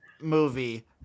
movie